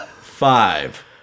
five